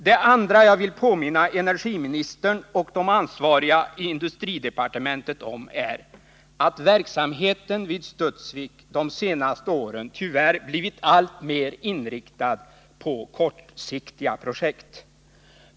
Det andra jag vill påminna energiministern och de ansvariga i industridepartementet om är att verksamheten vid Studsvik de senaste åren tyvärr blivit alltmer inriktad på kortsiktiga projekt.